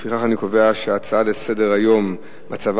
לפיכך אני קובע שההצעה לסדר-היום בנושא: מצבה